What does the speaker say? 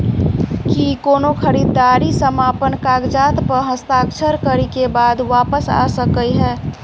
की कोनो खरीददारी समापन कागजात प हस्ताक्षर करे केँ बाद वापस आ सकै है?